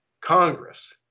Congress